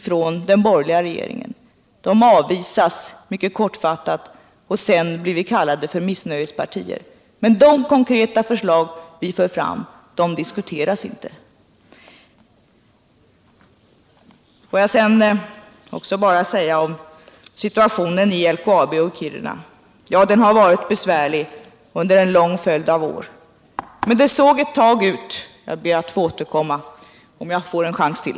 Förslagen avvisas mycket kortfattat, och man kallar vårt parti för missnöjespartiet. Visst har situationen i Kiruna och för LKAB varit besvärlig under en lång följd av år. Jag finner att min repliktid är ute, men jag återkommer om jag får en chans till.